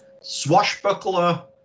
swashbuckler